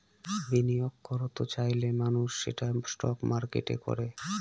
বিনিয়োগ করত চাইলে মানুষ সেটা স্টক মার্কেটে করে